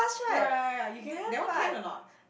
ya ya ya U_K that one can or not